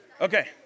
okay